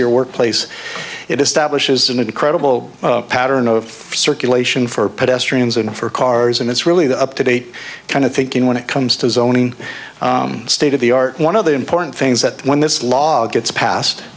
year workplace it establishes an incredible pattern of circulation for pedestrians and for cars and it's really the up to date kind of thinking when it comes to zoning state of the art one of the important things that when this law gets pas